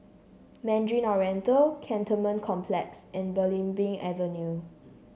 Mandarin Oriental Cantonment Complex and Belimbing Avenue